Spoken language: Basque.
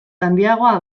handiagoa